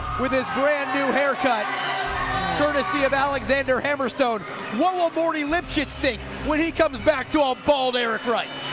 with his brand new haircut courtesy of alexander hammerstone what will morty lipschitz think when he comes back to a bald eric right?